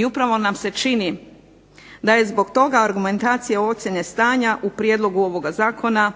I upravo nam se čini da je zbog toga argumentacija ocjene stanja u prijedlogu ovoga zakona